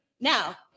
Now